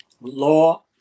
law